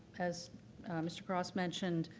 as mr. cross mentioned,